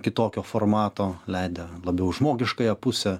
kitokio formato leidę labiau žmogiškąją pusę